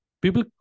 People